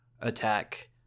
attack